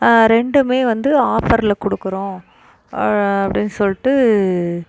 ரெண்டுமே வந்து ஆஃபர்ல கொடுக்குறோம் அப்படின் சொல்லிட்டு